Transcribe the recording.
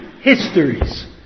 histories